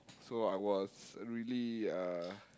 so I was really uh